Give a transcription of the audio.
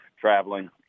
traveling